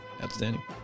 Outstanding